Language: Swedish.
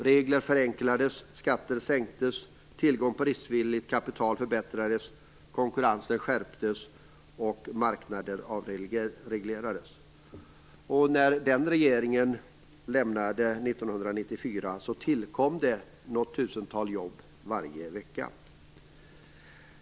Regler förenklades, skatter sänktes, tillgången på riskvilligt kapital förbättrades, konkurrensen skärptes, och marknader avreglerades. När den regeringen lämnade makten 1994 tillkom något tusental jobb varje vecka.